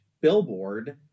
billboard